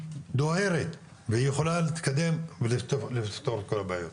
תדהר והיא יכול להתקדם ולפתור את כל הבעיות.